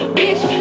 bitch